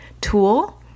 tool